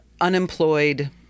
unemployed